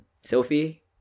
Sophie